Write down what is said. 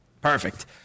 perfect